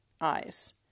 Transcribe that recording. eyes